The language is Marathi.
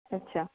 अच्छा